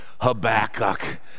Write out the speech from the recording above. Habakkuk